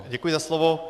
Děkuji za slovo.